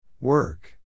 Work